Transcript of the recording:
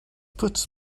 puts